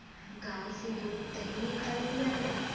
गाय से दूध दही निकालल जाला